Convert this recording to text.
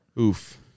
oof